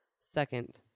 Second-